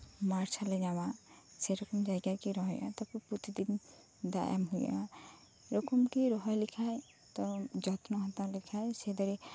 ᱢᱟᱨᱥᱟᱞᱮ ᱧᱟᱢᱟ ᱥᱮᱨᱚᱠᱚᱢ ᱡᱟᱭᱜᱟᱜᱤ ᱨᱚᱦᱚᱭ ᱦᱩᱭᱩᱜᱼᱟ ᱛᱟᱯᱚᱨ ᱯᱚᱛᱤᱫᱤᱱ ᱫᱟᱜ ᱮᱢ ᱦᱩᱭᱩᱜᱼᱟ ᱮᱨᱚᱠᱚᱢᱜᱤ ᱨᱚᱦᱚᱭ ᱞᱮᱠᱷᱟᱡ ᱛᱚ ᱡᱚᱛᱱᱚ ᱦᱟᱛᱟᱣ ᱞᱮᱠᱷᱟᱡ ᱥᱮ ᱫᱟᱨᱤ